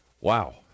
Wow